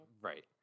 Right